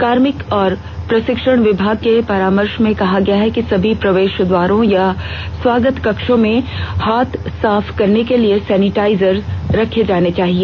कार्मिक और प्रशिक्षण विभाग के परामर्श में कहा गया है कि सभी प्रवेश द्वारों या स्वागत कक्षों में हाथ साफ करने के लिए सेनिटाजर्स रखे जाने चाहिए